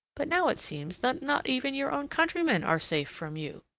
but now it seems that not even your own countrymen are safe from you.